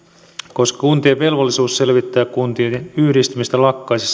koska kuntien velvollisuus selvittää kuntien yhdistymistä lakkaisi